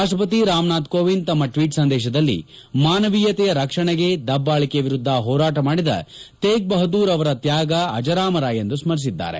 ರಾಷ್ಪಪತಿ ರಾಮ್ನಾಥ್ ಕೋವಿಂದ್ ತಮ್ನ ಟ್ವೀಟ್ ಸಂದೇಶದಲ್ಲಿ ಮಾನವೀಯತೆಯ ರಕ್ಷಣೆಗೆ ದಬ್ಬಾಳಿಕೆ ವಿರುದ್ದ ಹೋರಾಟ ಮಾಡಿದ ತೇಗ್ ಬಹುದ್ದೂರ್ ಅವರ ತ್ಲಾಗ ಅಜರಾಮರ ಎಂದು ಸ್ಕರಿಸಿದ್ದಾರೆ